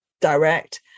direct